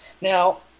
Now